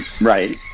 Right